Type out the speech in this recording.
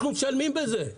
אנחנו משלמים בזה.